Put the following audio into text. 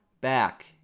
back